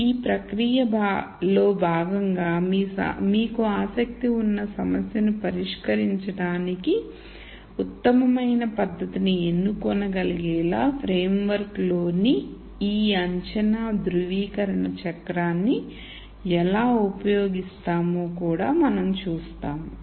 ఆ ప్రక్రియలో భాగంగా మీకు ఆసక్తి ఉన్న సమస్యను పరిష్కరించడానికి ఉత్తమమైన పద్ధతి న ఎన్నుకోగలిగేలా ఫ్రేమ్వర్క్లోని ఈ అంచనాధ్రువీకరణ చక్రాన్ని ఎలా ఉపయోగిస్తామో కూడా మనం చూస్తాము